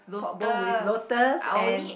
pork bone with lotus and